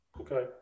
Okay